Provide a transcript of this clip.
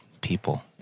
people